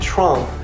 Trump